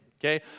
Okay